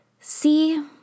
see